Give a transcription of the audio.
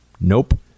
Nope